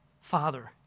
Father